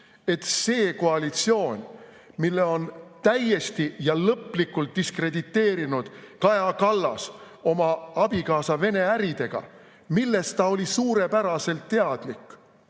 see koalitsioon, mille on täiesti ja lõplikult diskrediteerinud Kaja Kallas oma abikaasa Vene‑äridega, millest ta oli suurepäraselt teadlik,